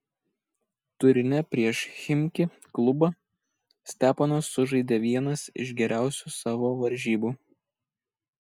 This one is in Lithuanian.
turine prieš chimki klubą steponas sužaidė vienas iš geriausių savo varžybų